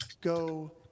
Go